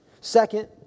Second